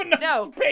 No